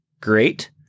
Great